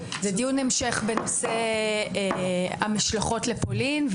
המשך בנושא המשלחות לפולין,